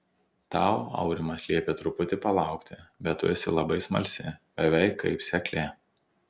tau aurimas liepė truputį palaukti bet tu esi labai smalsi beveik kaip seklė